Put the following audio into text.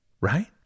Right